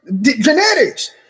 genetics